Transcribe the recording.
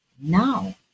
now